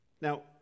Now